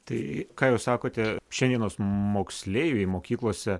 tai ką jūs sakote šiandienos moksleiviai mokyklose